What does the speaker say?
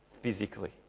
physically